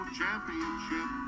championship